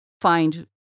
find